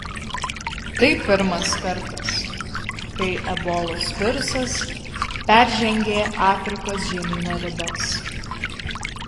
tai pirmas kartas kai ebolos virusas peržengė afrikos žemyno ribas